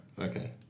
okay